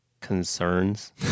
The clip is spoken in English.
concerns